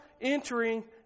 entering